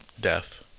death